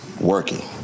working